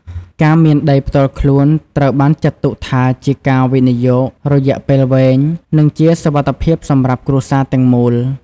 ការមានដីផ្ទាល់ខ្លួនត្រូវបានចាត់ទុកថា ជាការវិនិយោគរយៈពេលវែង និងជាសុវត្ថិភាពសម្រាប់គ្រួសារទាំងមូល។